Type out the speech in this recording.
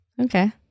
okay